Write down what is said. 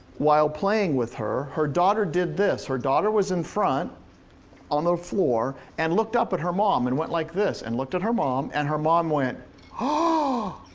while playing with her, her daughter did this her daughter was in front on her floor, and looked up at her mom and went like this and looked at her mom, and her mom went ah